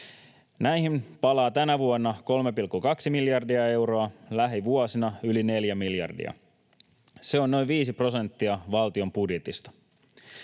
Näihin palaa tänä vuonna 3,2 miljardia euroa, lähivuosina yli neljä miljardia. Se on noin viisi prosenttia valtion budjetista.